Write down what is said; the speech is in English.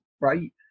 right